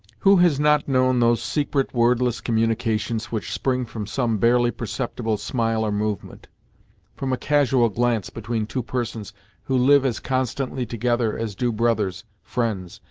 who has not known those secret, wordless communications which spring from some barely perceptible smile or movement from a casual glance between two persons who live as constantly together as do brothers, friends,